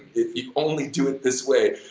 if you only do it this way,